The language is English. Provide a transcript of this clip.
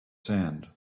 sand